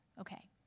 Okay